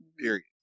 Period